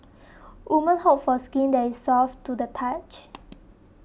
women hope for skin that is soft to the touch